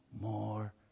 more